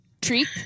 treat